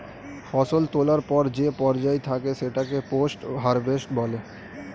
ফসল তোলার পর যে পর্যায় থাকে সেটাকে পোস্ট হারভেস্ট বলে